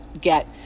get